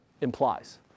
implies